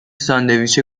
ساندویچ